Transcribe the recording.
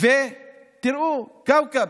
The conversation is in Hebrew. תראו, כאוכב